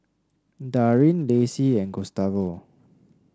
Darrin Lacie and Gustavo